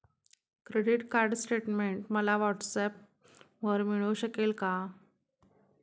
Credit card statement मला व्हॉट्सऍपवर मिळू शकेल का?